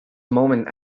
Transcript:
moment